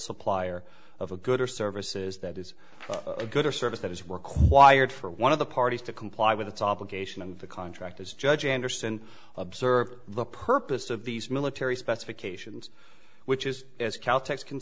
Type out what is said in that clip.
supplier of a good or services that is a good or service that is required for one of the parties to comply with its obligation and the contract is judge anderson observe the purpose of these military specifications which is as calte